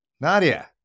Nadia